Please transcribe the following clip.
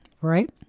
right